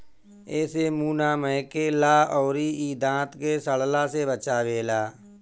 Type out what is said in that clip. एसे मुंह ना महके ला अउरी इ दांत के सड़ला से बचावेला